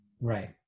Right